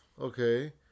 okay